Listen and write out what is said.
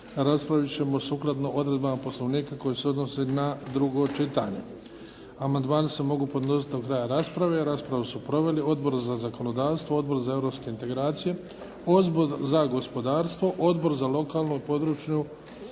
raspravit ćemo sukladno odredbama Poslovnika koje se odnose na drugo čitanje. Amandmani se mogu podnositi do kraja rasprave. Raspravu su proveli Odbor za zakonodavstvo, Odbor za europske integracije, Odbor za gospodarstvo, Odbor za lokalnu i područnu